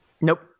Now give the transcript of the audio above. Nope